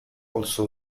also